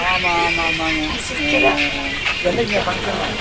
ஆமாம் ஆமாம் ஆமாமாங்க என்னைக்கிங்க ஃபங்ஷன்னு